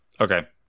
Okay